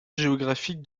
géographique